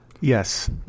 Yes